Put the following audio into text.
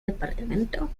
departamento